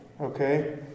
okay